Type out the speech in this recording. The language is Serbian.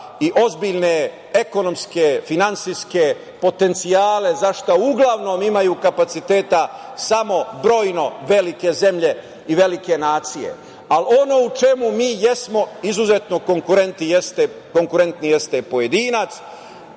i ozbiljne ekonomske, finansijske potencijale, za šta uglavnom imaju kapaciteta samo brojno velike zemlje i velike nacije. Ali, ono u čemu mi jesmo izuzetno konkurentni jeste pojedinac,